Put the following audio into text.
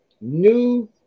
new